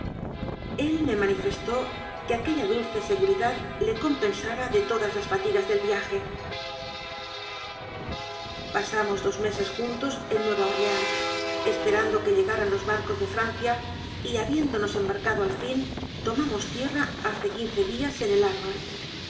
el me manifestó que aquella dulce seguri dad le compensaba de todas las fatigas del viaje pasamos dos meses juntos en nueva orleáns esperando que llegaran los barcos de francia y habiéndonos embarcado al fin tomamos tierra hace quince días en el havre